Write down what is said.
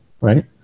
right